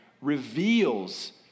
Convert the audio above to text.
reveals